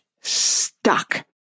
stuck